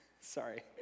sorry